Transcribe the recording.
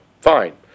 fine